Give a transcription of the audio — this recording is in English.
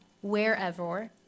wherever